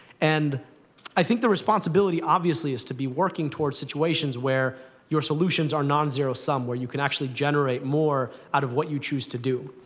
and i think the responsibility, obviously, is to be working toward situations where your solutions are non-zero sum, where you can actually generate more out of what you choose to do.